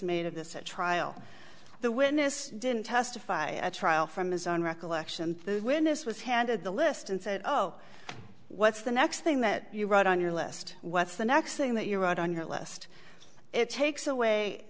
made of this at trial the witness didn't testify at trial from his own recollection the witness was handed the list and said oh what's the next thing that you wrote on your list what's the next thing that you wrote on your list it takes away